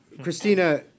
Christina